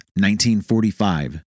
1945